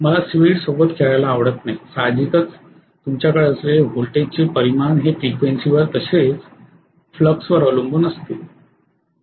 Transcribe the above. मला स्पीड सोबत खेळायला आवडत नाही साहजिकच तुमच्याकडे असलेले वोल्टेज चे परिमाण हे फ्रिक्वेन्सीवर तसेच फ्लक्स वर अवलंबून असेल